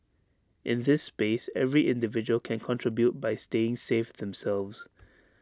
in this space every individual can contribute by staying safe themselves